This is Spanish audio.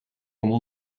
como